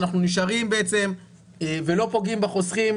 אנחנו נשארים בעצם ולא פוגעים בחוסכים,